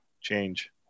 change